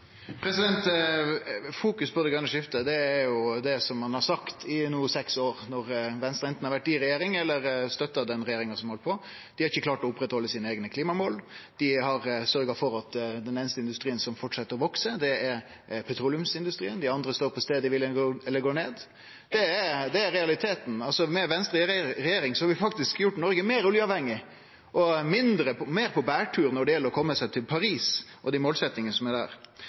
det grøne skiftet, har ein sagt i seks år no, når Venstre anten har vore i regjering eller har støtta den sitjande regjeringa. Dei har ikkje klart å oppretthalde sine eigne klimamål. Dei har sørgt for at den einaste industrien som fortset å vekse, er petroleumsindustrien. Dei andre står på staden kvil eller går ned. Det er realiteten. Med Venstre i regjering har Noreg faktisk blitt meir oljeavhengig, og vi er no meir på bærtur når det gjeld å kome seg til Paris, altså målsetjingane i Parisavtalen. Statsråden trekk fram dei maritime næringane, og at dei er offensive. Ja, dei er